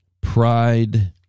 Pride